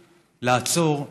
לעצור,